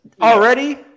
Already